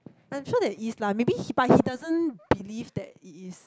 I'm sure there is lah maybe he but he doesn't believe that it is